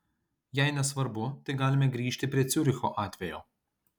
jei nesvarbu tai galime grįžti prie ciuricho atvejo